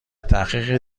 تحقیق